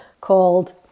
called